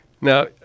Now